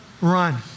run